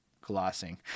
glossing